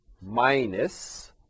minus